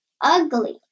ugly